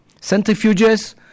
centrifuges